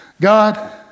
God